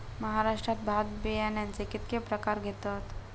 महाराष्ट्रात भात बियाण्याचे कीतके प्रकार घेतत?